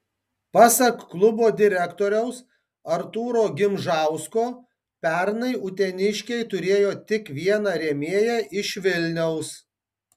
pasak klubo direktoriaus artūro gimžausko pernai uteniškiai turėjo tik vieną rėmėją iš vilniaus